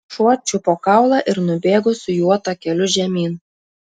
šuo čiupo kaulą ir nubėgo su juo takeliu žemyn